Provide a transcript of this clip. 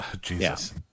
Jesus